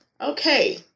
Okay